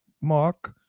mark